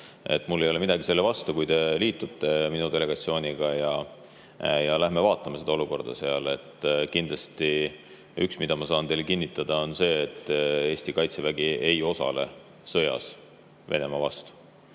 Mul ei ole midagi selle vastu, kui te liitute minu delegatsiooniga ja lähme vaatame seda olukorda seal. Aga üks, mida ma kindlasti saan teile kinnitada, on see, et Eesti Kaitsevägi ei osale sõjas Venemaa vastu.